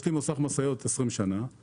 יש לי מוסך משאיות 30 שנים